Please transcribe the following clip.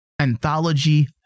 anthology